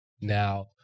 now